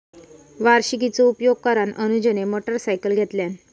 वार्षिकीचो उपयोग करान अनुजने मोटरसायकल घेतल्यान